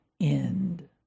end